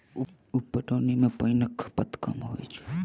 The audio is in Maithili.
उप पटौनी मे पाइनक खपत कम होइत अछि